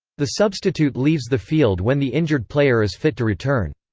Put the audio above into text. the substitute leaves the field when the injured player is fit to return.